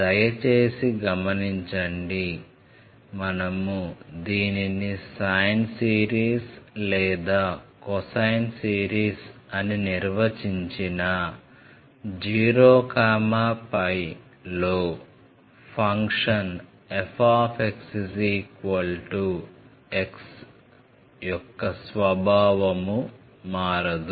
దయచేసి గమనించండి మనము దీనిని సైన్ సిరీస్ లేదా కొసైన్ సిరీస్ అని నిర్వచించినా 0 π లో ఫంక్షన్ f x యొక్క స్వభావం మారదు